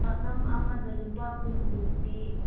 ꯄꯥꯛꯅꯝ ꯑꯃꯗ ꯂꯨꯄꯥ ꯀꯨꯟ ꯀꯨꯟ ꯄꯤ